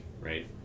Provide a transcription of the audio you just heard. right